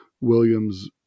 Williams